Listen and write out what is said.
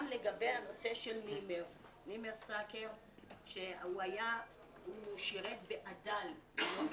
נמצא כאן גם נימר סאקר ששירת באד"ל (אזור דרום לבנון),